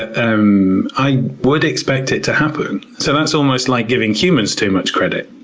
and um i would expect it to happen. so, that's almost like giving humans too much credit,